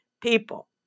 people